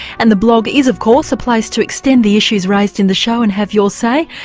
and the blog is of course a place to extend the issues raised in the show and have your say.